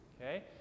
okay